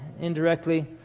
indirectly